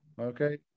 okay